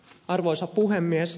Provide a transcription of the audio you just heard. arvoisa puhemies